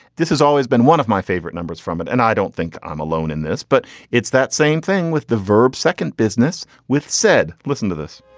this has always been one of my favorite numbers from it and i don't think i'm alone in this. but it's that same thing with the verb second business with said listen to this.